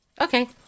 Okay